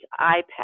iPad